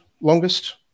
longest